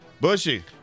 Bushy